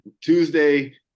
Tuesday